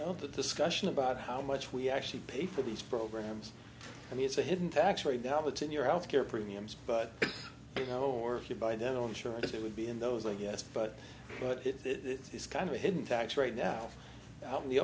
know the discussion about how much we actually pay for these programs i mean it's a hidden tax very doubting your health care premiums but you know or if you buy dental insurance it would be in those i guess but put it this is kind of a hidden tax right now in the